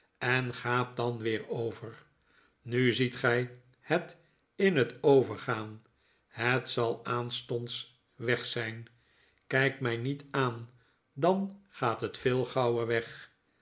en gaat dan weer over nu ziet gy het in het overgaan het zal aanstonds weg zijn kyk my niet aan dan gaat het veel gauwer weg